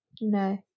No